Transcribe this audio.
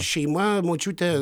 šeima močiutė